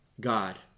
God